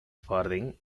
farthing